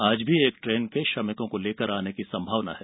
आज भी एक ट्रेन श्रमिकों को लेकर आने की संभावना है